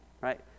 right